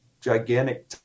gigantic